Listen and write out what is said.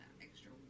extra